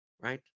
right